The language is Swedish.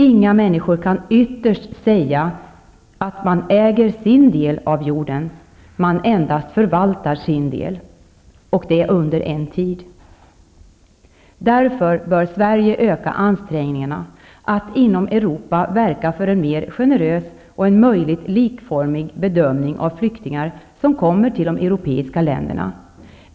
Inga människor kan ytterst säga att de äger sin del av jorden -- man endast förvaltar sin del, och det under en tid. Därför bör Sverige öka ansträngningarna att inom Europa verka för en mer generös och om möjligt likformig bedömning av flyktingar som kommer till de europeiska länderna.